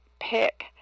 pick